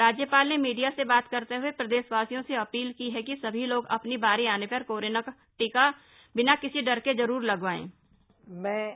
राज्यपाल ने मीडिया से बात करते हुए प्रदेशवासियों से अपील की है कि सभी लोग अपनी बारी आने पर कोरोना का टीका बिना किसी डर के जरूर लगवाएं